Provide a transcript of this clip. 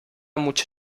mucho